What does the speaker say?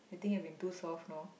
I think I have been too soft no